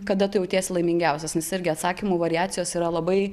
kada tu jautiesi laimingiausias nes irgi atsakymų variacijos yra labai